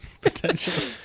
potentially